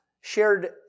shared